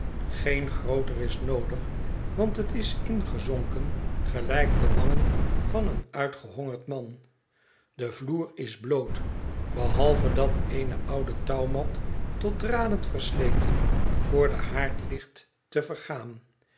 geen grooter is noodig want het is ingezonken gelijk de wangen van een uitgehongerd man de vloer is bloot behalve dat eene oude touwmat tot draden versleten voor den haard ligt te vergaan